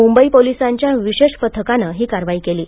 मुंबई पोलिसांच्या विशेष पथकाने ही कारवाई केली आहे